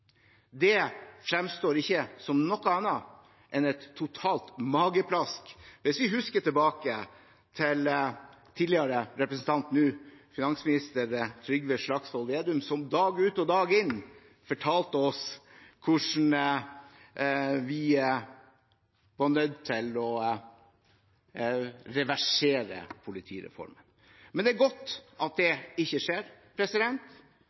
Det fremstår ikke som noe annet enn et totalt mageplask, hvis vi husker tilbake til hvordan tidligere representant – nå finansminister – Trygve Slagsvold Vedum dag ut og dag inn fortalte oss hvordan vi var nødt til å reversere politireformen. Men det er godt at det ikke skjer.